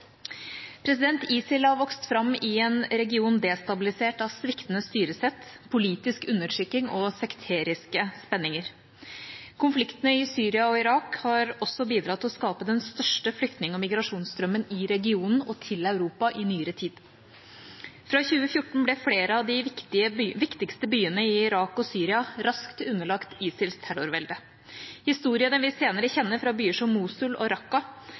ISIL har vokst fram i en region destabilisert av sviktende styresett, politisk undertrykking og sekteriske spenninger. Konfliktene i Syria og Irak har også bidratt til å skape den største flyktning- og migrasjonsstrømmen i regionen og til Europa i nyere tid. Fra 2014 ble flere av de viktigste byene i Irak og Syria raskt underlagt ISILs terrorvelde. Historiene vi senere kjenner fra byer som Mosul og